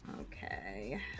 Okay